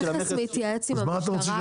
המכס מתייעץ עם המשטרה ועם משרד הכלכלה.